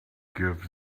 give